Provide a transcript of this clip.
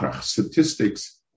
statistics